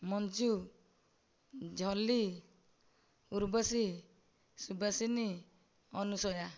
Manju Jolly Urvashi Subasini Anusuya